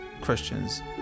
Christians